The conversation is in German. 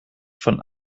von